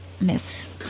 miss